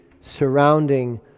surrounding